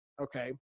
Okay